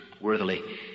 worthily